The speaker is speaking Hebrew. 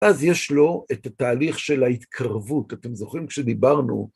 אז יש לו את התהליך של ההתקרבות, אתם זוכרים כשדיברנו...